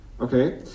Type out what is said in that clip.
okay